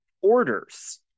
orders